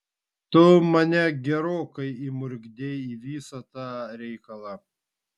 tu mane gerokai įmurkdei į visą tą reikalą